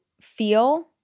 feel